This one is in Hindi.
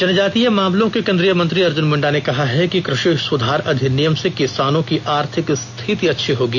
जनजातीय मामलों के केंद्रीय मंत्री अर्जुन मुंडा ने कहा है कि कृषि सुधार अधिनियम से किसानों की आर्थिक स्थिति अच्छी होगी